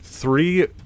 Three